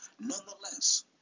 nonetheless